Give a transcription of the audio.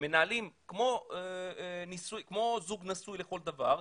מתנהלים כמו זוג נשוי לכל דבר.